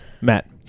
Matt